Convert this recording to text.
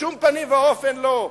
בשום פנים ואופן לא,